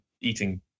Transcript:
eating